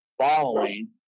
following